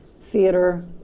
Theater